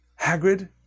Hagrid